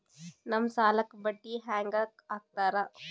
ನಮ್ ಸಾಲಕ್ ಬಡ್ಡಿ ಹ್ಯಾಂಗ ಹಾಕ್ತಾರ?